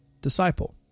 disciple